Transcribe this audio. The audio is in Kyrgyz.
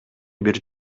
бир